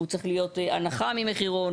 הוא צריך להיות הנחה ממחירון,